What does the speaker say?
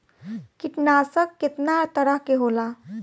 कीटनाशक केतना तरह के होला?